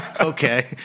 Okay